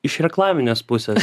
iš reklaminės pusės